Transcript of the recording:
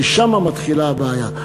כי שם מתחילה הבעיה.